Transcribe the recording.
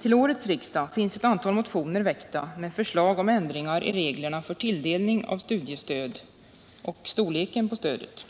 Till årets riksdag har det väckts ett antal motioner med förslag om ändringar i reglerna för tilldelning av studiestöd och om storleken av stödet.